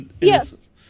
Yes